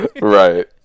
Right